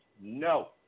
No